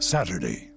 Saturday